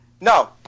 No